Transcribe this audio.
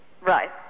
Right